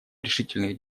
решительных